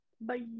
Bye